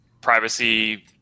privacy